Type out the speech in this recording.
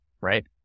right